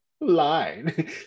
line